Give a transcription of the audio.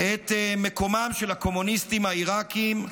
את מקומם של הקומוניסטים העיראקים,